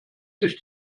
sich